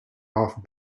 off